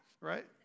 Right